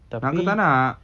nak ke tak nak